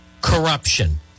corruption